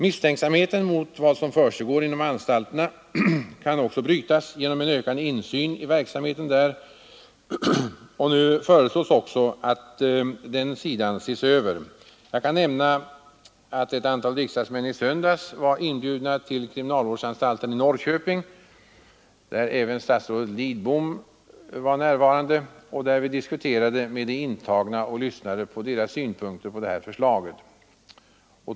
Misstänksamheten mot vad som försiggår inom anstalterna kan brytas genom en ökad insyn i verksamheten där, och nu föreslås också att denna sida ses över. Jag kan nämna att ett antal riksdagsmän i söndags var inbjudna till kriminalvårdsanstalten i Norrköping — även statsrådet Lidbom deltog — där vi diskuterade med de intagna och lyssnade till deras synpunkter på det här förslaget.